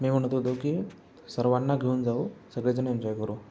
मी म्हणत होतो की सर्वांना घेऊन जाऊ सगळेजणं एन्जॉय करू